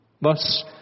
Thus